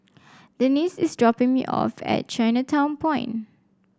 Denice is dropping me off at Chinatown Point